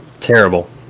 Terrible